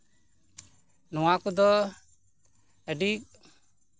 ᱱᱚᱣᱟ ᱠᱚᱫᱚ ᱟᱹᱰᱤ